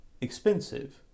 expensive